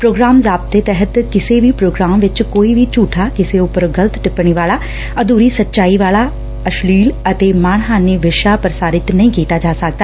programme ਜ਼ਾਬਤੇ ਤਹਿਤ ਕਿਸੇ ਵੀ ਪ੍ਰੋਗਰਾਮ ਵਿਚ ਕੋਈ ਵੀ ਬੁਠੀ ਕਿਸੇ ਉਪਰ ਗਲਤ ਟਿੱਪਣੀ ਵਾਲਾ ਅਧੁਰੀ ਸਚਾਈ ਵਾਲਾ ਅਸ਼ਲੀਲ ਅਤੇ ਮਾਣਹਾਨੀ ਵਿਸ਼ਾ ਨਹੀਂ ਪ੍ਰਸਾਰਤ ਕੀਤਾ ਜਾ ਸਕਦਾ